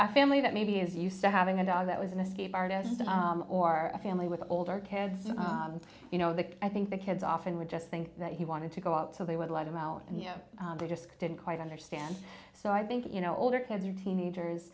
a family that maybe is used to having a dog that was an escape artist or a family with older kids you know that i think the kids often would just think that he wanted to go out so they would let him out and you know they just didn't quite understand so i think you know older kids are teenagers